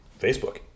Facebook